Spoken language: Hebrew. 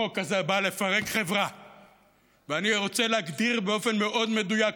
ואני רוצה לומר לכם,